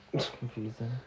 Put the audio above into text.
confusing